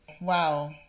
Wow